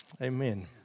Amen